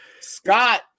Scott